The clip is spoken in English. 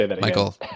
Michael